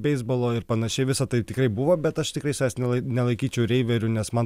beisbolo ir panašiai visa tai tikrai buvo bet aš tikrai savęs ne nelaikau nelaikyčiau reimeriu nes man